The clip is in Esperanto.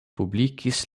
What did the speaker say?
publikis